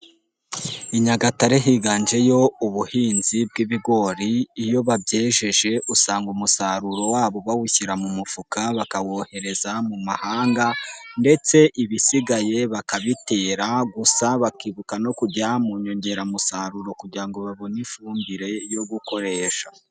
I Nyagatare higanjeyo ubuhinzi bw'ibigori, iyo babyejeje usanga umusaruro wabo bawushyira mu mufuka, bakawohereza mu mahanga ndetse ibisigaye bakabitera, gusa bakibuka no kujya mu nyongeramusaruro kugira ngo babone ifumbire yo gukoresha.